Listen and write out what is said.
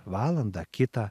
valandą kitą